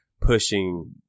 pushing